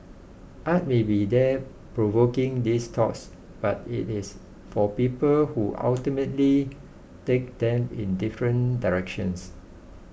art may be there provoking these thoughts but it is for people who ultimately take them in different directions